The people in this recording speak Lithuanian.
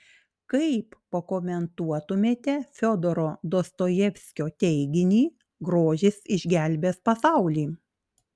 kaip pakomentuotumėte fiodoro dostojevskio teiginį grožis išgelbės pasaulį